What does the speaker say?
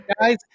guys